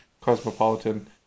Cosmopolitan